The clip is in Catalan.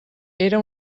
era